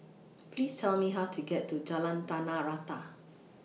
Please Tell Me How to get to Jalan Tanah Rata